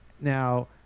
now